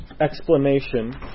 explanation